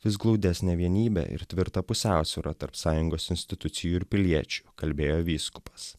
vis glaudesnę vienybę ir tvirtą pusiausvyrą tarp sąjungos institucijų ir piliečių kalbėjo vyskupas